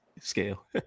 scale